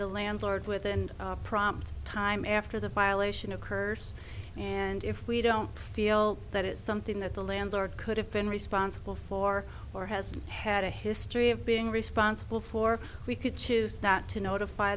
the landlord with and prompt time after the violation occurs and if we don't feel that it's something that the landlord could have been responsible for or has had a history of being responsible for we could choose not to notify